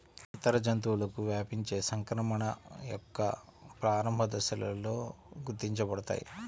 ఇతర జంతువులకు వ్యాపించే సంక్రమణ యొక్క ప్రారంభ దశలలో గుర్తించబడతాయి